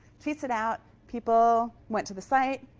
tweets it out. people went to the site.